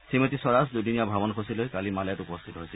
শ্ৰীমতী স্বৰাজ দুদিনীয়া ভ্ৰমণসূচী লৈ কালি মালেত উপস্থিত হৈছিল